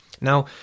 Now